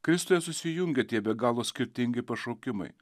kristuje susijungia tie be galo skirtingi pašaukimai